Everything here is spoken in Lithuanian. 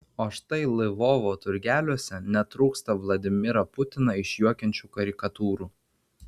o štai lvovo turgeliuose netrūksta vladimirą putiną išjuokiančių karikatūrų